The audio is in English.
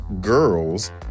girls